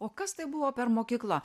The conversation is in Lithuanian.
o kas tai buvo per mokykla